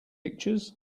pictures